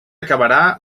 acabarà